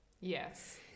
Yes